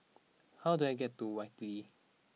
how do I get to Whitley